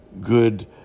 good